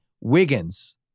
Wiggins